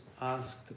asked